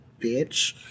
bitch